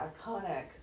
iconic